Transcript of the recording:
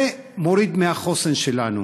זה מוריד מהחוסן שלנו.